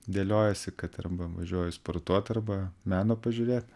dėliojasi kad arba važiuoji sportuot arba meno pažiūrėt